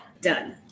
Done